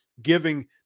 giving